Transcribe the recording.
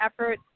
effort